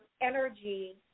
Energy